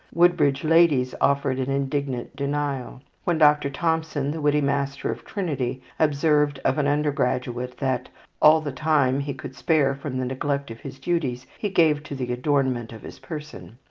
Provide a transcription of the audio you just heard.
woodbridge ladies offered an indignant denial. when dr. thompson, the witty master of trinity, observed of an undergraduate that all the time he could spare from the neglect of his duties he gave to the adornment of his person,